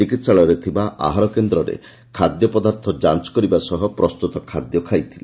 ଚିକିହାଳୟରେ ଥିବା ଆହାର କେନ୍ଦରେ ଖାଦ୍ୟପଦାର୍ଥ ଯାଞ କରିବା ସହ ପ୍ରସ୍ତୁତ ଖାଦ୍ୟ ଖାଇଥିଲେ